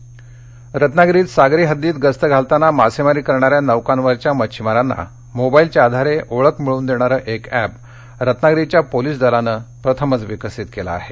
ध्वजवंदन रत्नागिरीत सागरी हद्दीत गस्त घालताना मासेमारी करणाऱ्या नौकांवरच्या मच्छीमारांना मोबाइलच्या आधारे ओळख मिळवून देणारं एक एप रत्नागिरीच्या पोलीस दलानं प्रथमच विकसित केलं आहे